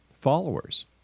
followers